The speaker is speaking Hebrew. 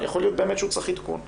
יכול להיות באמת שהוא צריך עדכון.